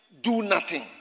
do-nothing